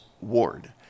Ward